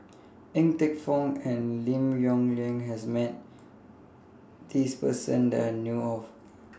Ng Teng Fong and Lim Yong Liang has Met This Person that I know of